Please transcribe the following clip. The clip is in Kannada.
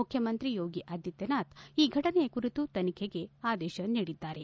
ಮುಖ್ಯಮಂತ್ರಿ ಯೋಗಿ ಆದಿತ್ತನಾಥ್ ಈ ಘಟನೆಯ ಕುರಿತು ತನಿಖೆಗೆ ಆದೇತ ನೀಡಿದ್ದಾರೆ